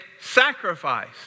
sacrifice